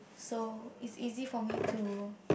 so is easy for me to